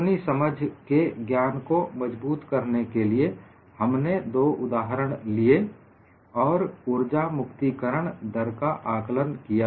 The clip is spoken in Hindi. अपनी समझ के ज्ञान को मजबूत करने के लिए हमने दो उदाहरण लिए और ऊर्जा मुक्ति करण दर का आकलन किया